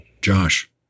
Josh